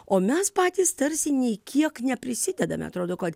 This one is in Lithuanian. o mes patys tarsi nei kiek neprisidedame atrodo kad